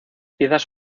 piezas